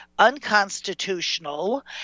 unconstitutional